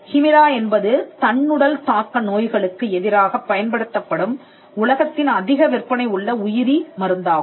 ஹிமிரா என்பது தன்னுடல் தாக்க நோய்களுக்கு எதிராகப் பயன்படுத்தப்படும் உலகத்தின் அதிக விற்பனை உள்ள உயிரி மருந்தாகும்